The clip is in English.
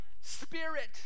Spirit